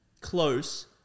close